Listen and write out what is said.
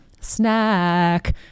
Snack